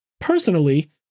personally